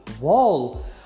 wall